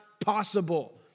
possible